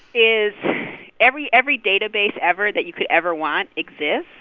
is every every database ever that you could ever want exists,